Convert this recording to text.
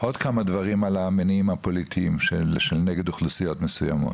עוד כמה דברים על המניעים הפוליטיים נגד אוכלוסיות מסוימות.